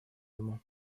дому